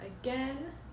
again